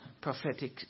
prophetic